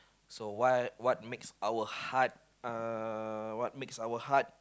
so what what makes our heart uh what makes our heart